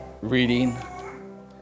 reading